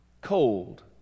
cold